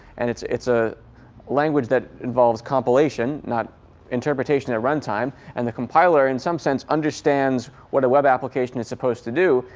and it's it's a language that involves compilation, not interpretation at run time. and the compiler in some sense understands what a web application is supposed to do.